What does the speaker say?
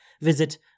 visit